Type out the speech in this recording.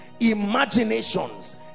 imaginations